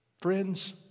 Friends